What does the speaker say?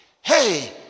Hey